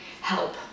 help